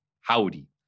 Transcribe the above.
Howdy